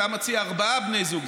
אתה מציע ארבעה בני זוג,